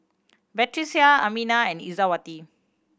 Batrisya Aminah and Izzati